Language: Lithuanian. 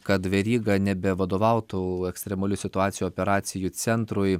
kad veryga nebevadovautų ekstremalių situacijų operacijų centrui